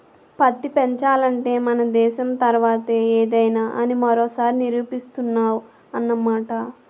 పత్తి పెంచాలంటే మన దేశం తర్వాతే ఏదైనా అని మరోసారి నిరూపిస్తున్నావ్ అన్నమాట